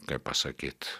kaip pasakyt